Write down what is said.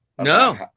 No